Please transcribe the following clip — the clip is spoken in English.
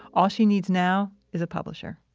all she needs now is a publisher.